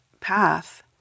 path